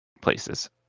places